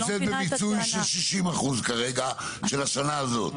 היא נמצאת בניצול של 60% כרגע של השנה הזאת.